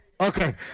Okay